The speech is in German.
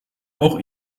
auch